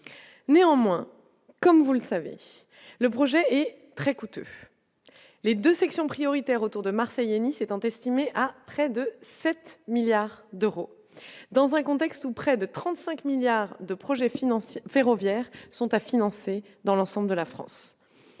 néanmoins, comme vous le savez, le projet est très coûteux, les 2 sections prioritaire autour de Marseille et Nice étant estimé à près de 7 milliards d'euros dans un contexte où près de 35 milliards de projets financiers ferroviaires sont à financer dans l'ensemble de la France,